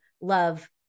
love